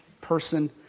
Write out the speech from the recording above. person